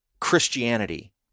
Christianity